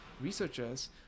researchers